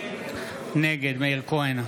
נגד מאיר כהן,